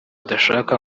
adashaka